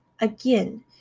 again